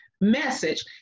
message